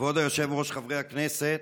כבוד היושב-ראש, חברי הכנסת,